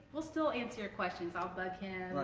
we'll still answer your questions, i'll bug him,